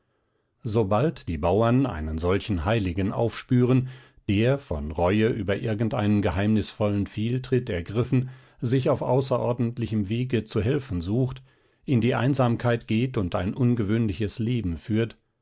sobald die bauern einen solchen heiligen aufspüren der von reue über irgendeinen geheimnisvollen fehltritt ergriffen sich auf außerordentlichem wege zu helfen sucht in die einsamkeit geht und ein ungewöhnliches leben führt